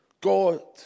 God